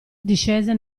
discese